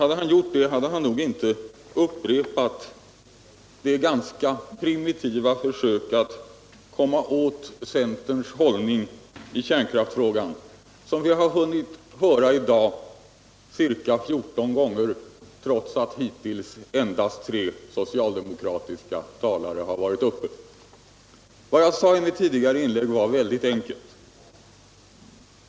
Hade han gjort det, hade han kanske inte upprepat det ganska primitiva försök att komma åt centerns hållning i kärnkraftsfrågan som vi har hunnit bevittna ca 14 gånger 1i dag, trots att hittills endast tre soctaldemokratiska talare har varit uppe. Vad jag sade i mitt tidigare inlägg var väldigt enkelt.